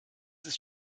ist